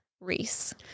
Reese